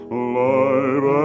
alive